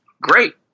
great